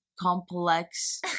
complex